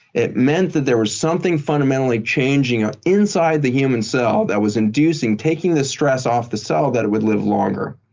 it meant that there was something fundamentally changing ah inside the human cell that was inducing, taking the stress off the cell that it would live longer.